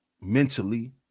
mentally